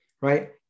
right